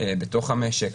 בתוך המשק,